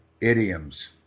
idioms